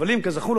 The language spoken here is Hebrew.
כזכור לך,